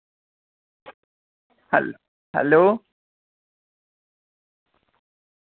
hello